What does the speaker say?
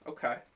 Okay